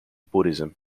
buddhism